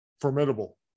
Formidable